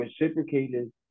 reciprocated